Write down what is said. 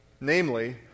Namely